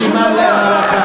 זה סימן להערכה.